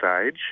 stage